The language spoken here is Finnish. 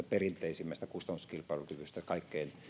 perinteisimmässä kustannuskilpailukyvyssä kaikkein